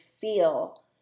feel